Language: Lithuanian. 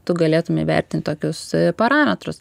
tu galėtum įvertint tokius parametrus